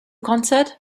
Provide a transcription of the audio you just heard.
concert